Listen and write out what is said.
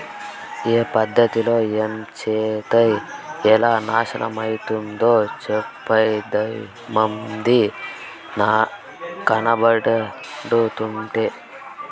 ఏ పద్ధతిలో ఏంచేత్తే ఎలా నాశనమైతందో చెప్పేదేముంది, కనబడుతంటే